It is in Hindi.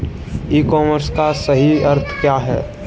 ई कॉमर्स का सही अर्थ क्या है?